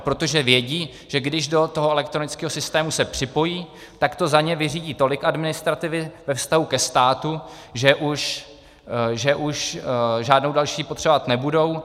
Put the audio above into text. Protože vědí, že když se do toho elektronického systému připojí, tak to za ně vyřídí tolik administrativy ve vztahu ke státu, že už žádnou další potřebovat nebudou.